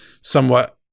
somewhat